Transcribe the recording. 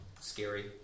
scary